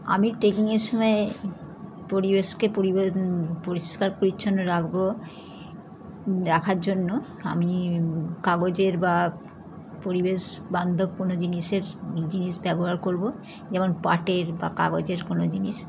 আমি ট্রেকিং এর সময়ে পরিবেশকে পরিষ্কার পরিচ্ছন্ন রাকবো রাখার জন্য আমি কাগজের বা পরিবেশবান্ধব কোনো জিনিসের জিনিস ব্যবহার করবো যেমন পাটের বা কাগজের কোনো জিনিস